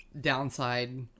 downside